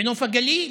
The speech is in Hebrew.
בנוף הגליל.